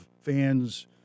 fans